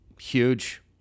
Huge